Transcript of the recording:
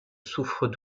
souffre